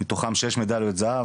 מתוכן שש מדליות זהב.